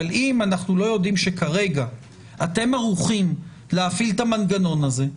אם אנחנו לא יודעים שכרגע אתם ערוכים להפעיל את המנגנון הזה,